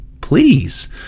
Please